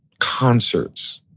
concerts.